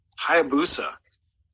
Hayabusa